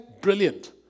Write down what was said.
brilliant